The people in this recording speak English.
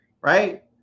Right